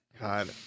God